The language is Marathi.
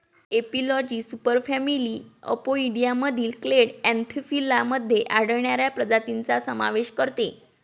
एपिलॉजी सुपरफॅमिली अपोइडियामधील क्लेड अँथोफिला मध्ये आढळणाऱ्या प्रजातींचा समावेश करते